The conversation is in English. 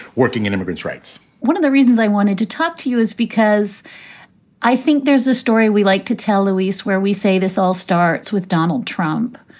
working in immigrant rights one of the reasons i wanted to talk to you is because i think there's a story we like to tell louise where we say this all starts with donald trump.